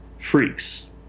Freaks